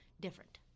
different